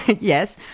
Yes